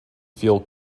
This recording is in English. feel